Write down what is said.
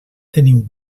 teniu